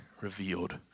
revealed